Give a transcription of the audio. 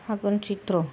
Phagun Chaitra